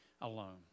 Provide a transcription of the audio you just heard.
alone